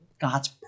God's